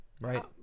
Right